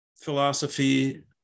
philosophy